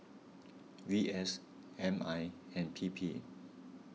V S M I and P P